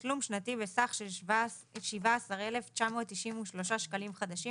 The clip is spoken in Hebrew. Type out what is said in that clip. תשלום שנתי בסך של 17,993 שקלים חדשים